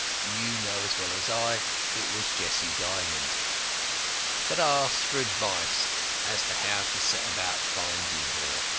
you know as well as i it was jessie dymond but asked for advice as to how to set about finding her.